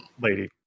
Lady